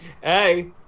hey